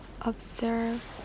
observe